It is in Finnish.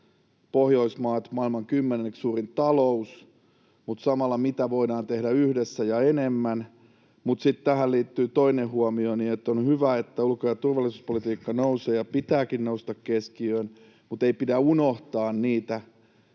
Pohjoismaat on maailman kymmenenneksi suurin talous. Mutta samalla: mitä voidaan tehdä yhdessä ja enemmän? Sitten tähän liittyy toinen huomioni, että on hyvä, että ulko- ja turvallisuuspolitiikka nousee ja sen pitääkin nousta keskiöön, mutta ei pidä unohtaa niitä